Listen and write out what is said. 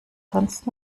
sonst